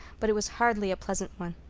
but it was hardly a pleasant one.